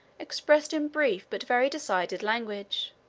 expressed in brief but very decided language.